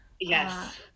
Yes